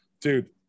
dude